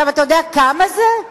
אתה יודע כמה זה?